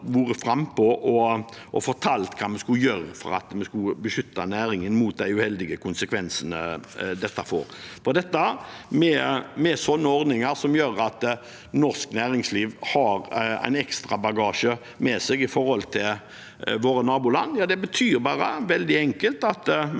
og fortalt hva vi skulle gjøre for å beskytte næringen mot de uheldige konsekvensene dette får. Ordninger som gjør at norsk næringsliv har ekstra bagasje med seg i forhold til våre naboland, betyr – veldig enkelt – at vi gjør